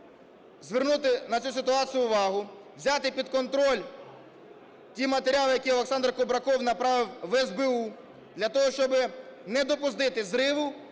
звернути на цю ситуацію увагу, взяли під контроль ті матеріали, які Олександр Кубраков направив в СБУ для того, щоб не допустити зриву